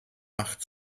macht